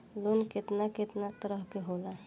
Loan केतना केतना तरह के होला?